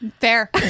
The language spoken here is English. Fair